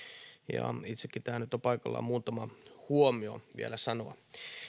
ja itsenikin tähän nyt on paikallaan muutama huomio vielä sanoa